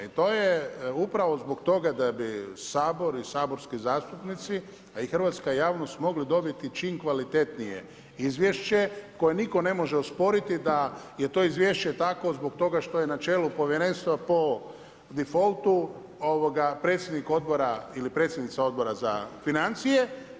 I to je upravo zbog toga da bi Sabor i saborski zastupnici a i hrvatska javnost mogli dobiti čim kvalitetnije izvješće koje nitko ne može osporiti da je to izvješće takvo zbog toga što je na čelu povjerenstva po defaultu predsjednik odbora ili predsjednica Odbora za financije.